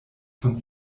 von